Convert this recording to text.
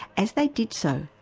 as they did so,